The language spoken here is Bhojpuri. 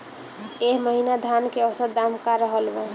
एह महीना धान के औसत दाम का रहल बा?